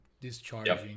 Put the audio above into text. discharging